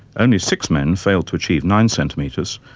only six men failed to achieve nine centimetres,